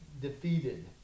defeated